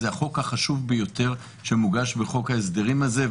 זה החוק החשוב ביותר שמוגש בחוק ההסדרים הזה,